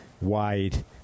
wide—